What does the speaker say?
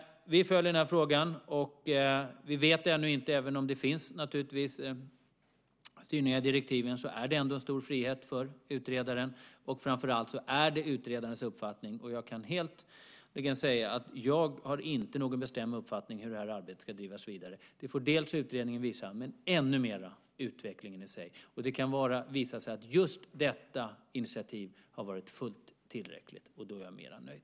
Vi följer den här frågan. Vi vet ännu inte hur det blir. Även om det finns styrningar i direktiven har utredaren ändå stor frihet. Framför allt är det utredarens uppfattning. Jag kan helt klart säga att jag inte har någon bestämd uppfattning om hur detta arbete ska bedrivas vidare. Det får utredningen visa, men ännu mer utvecklingen i sig. Det kan visa sig att just detta initiativ har varit fullt tillräckligt, och då är jag mer än nöjd.